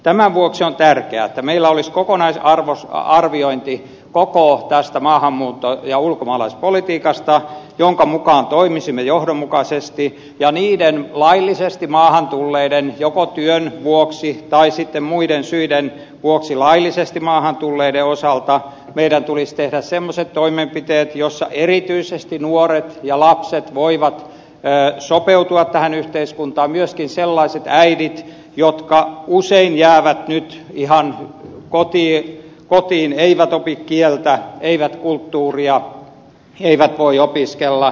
tämän vuoksi on tärkeää että meillä olisi koko tästä maahanmuutto ja ulkomaalaispolitiikasta kokonaisarviointi jonka mukaan toimisimme johdonmukaisesti ja niiden laillisesti maahantulleiden joko työn vuoksi tai sitten muiden syiden vuoksi laillisesti maahantulleiden osalta meidän tulisi tehdä semmoiset toimenpiteet joissa erityisesti nuoret ja lapset voivat sopeutua tähän yhteiskuntaan myöskin sellaiset äidit jotka usein jäävät nyt ihan kotiin eivät opi kieltä eivät kulttuuria eivät voi opiskella